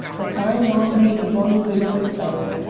but i maun be the bonny doo mysel'.